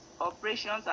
operations